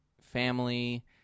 family